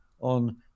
on